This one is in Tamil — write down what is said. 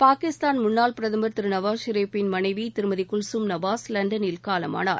பாகிஸ்தான் முன்னாள் பிரதமர் திரு நவாஸ் ஷெரீப்பின் மனைவி திருமதி குல்சூம் நவாஸ் லண்டனில் காலமானார்